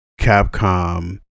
Capcom